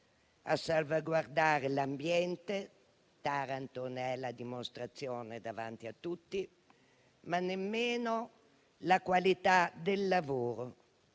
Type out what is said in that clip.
a salvaguardare l'ambiente - Taranto ne è la dimostrazione davanti a tutti - ma nemmeno la qualità del lavoro,